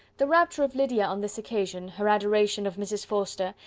the rapture of lydia on this occasion, her adoration of mrs. forster,